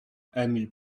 emil